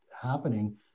happening